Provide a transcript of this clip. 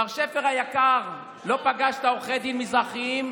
מר שפר היקר, לא פגשת עורכי דין מזרחים?